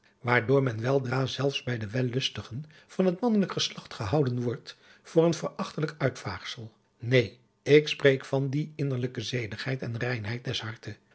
waardoor men weldra zelfs bij de wellustigen van het mannelijk geslacht gehouden wordt voor een verachtelijk uitvaagsel neen ik spreek van die innerlijke zedigheid en reinheid des harte